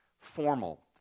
formal